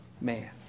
man